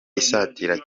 isatira